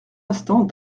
instant